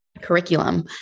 curriculum